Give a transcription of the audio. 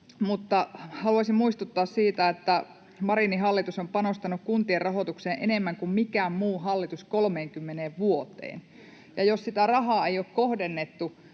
Haluaisin muistuttaa siitä, että Marinin hallitus on panostanut kuntien rahoitukseen enemmän kuin mikään muu hallitus 30 vuoteen. Jos sitä rahaa ei ole kohdennettu